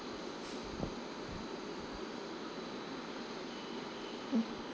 mm